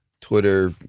Twitter